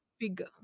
figure